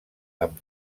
amb